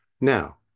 Now